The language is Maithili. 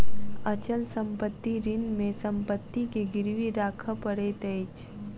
अचल संपत्ति ऋण मे संपत्ति के गिरवी राखअ पड़ैत अछि